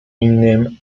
innym